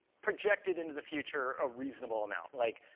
projected into the future a reasonable amount. like,